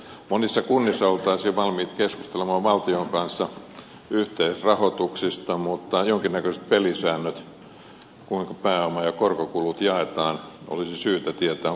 monissa kunnissa oltaisiin valmiit keskustelemaan valtion kanssa yhteisrahoituksista mutta jonkinnäköiset pelisäännöt kuinka pääoma ja korkokulut jaetaan olisi syytä tietää